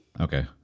Okay